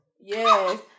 Yes